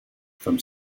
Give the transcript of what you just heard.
from